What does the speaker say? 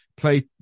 Play